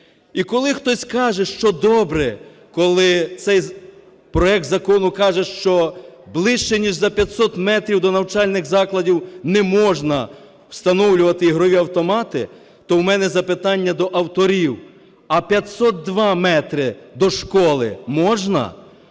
І коли хтось каже, що добре, коли цей проект закону каже, що ближче ніж за 500 метрів до навчальних закладів не можна встановлювати ігрові автомати, то у мене запитання до авторів. А 502 метри до школи можна?